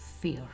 fear